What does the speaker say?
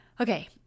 Okay